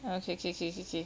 okay K K K K